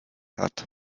hat